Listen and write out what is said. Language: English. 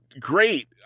Great